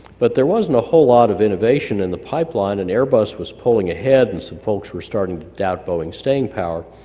but there wasn't a whole lot of innovation in the pipeline, and airbus was pulling ahead, and some folks were starting to doubt boeing's staying power.